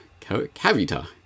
Cavita